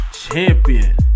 Champion